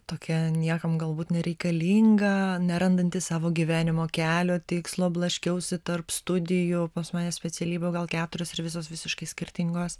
tokia niekam galbūt nereikalinga nerandanti savo gyvenimo kelio tikslo blaškiausi tarp studijų pas mane specialybių gal keturios ir visos visiškai skirtingos